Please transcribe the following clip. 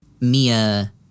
Mia